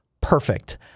perfect